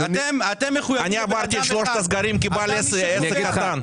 אני עברתי את שלושת הסגרים כבעל עסק קטן.